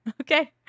Okay